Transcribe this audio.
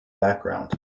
background